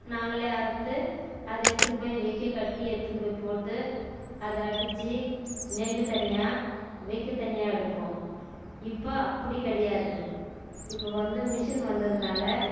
நாங்களே அறுத்து அது எடுதுன்னு போய வைக்க கட்டி எடுதுன்னு போய் போட்டு அதை அடித்து நெல்லு தனியாக வைக்க தனியாக எடுப்போம் இப்போ அப்படி கிடையாது இப்போ வந்து மிஷின் வந்ததுனால்